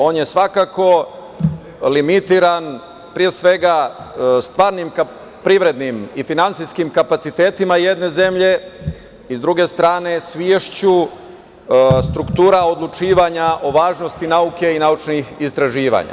On je svakako limitiran, pre svega, stvarnim privrednim i finansijskim kapacitetima jedne zemlje i s druge strane svešću struktura odlučivanja o važnosti nauke i naučnih istraživanja.